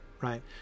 right